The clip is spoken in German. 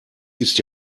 ist